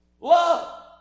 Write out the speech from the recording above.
Love